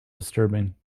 disturbing